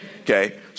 Okay